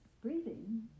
breathing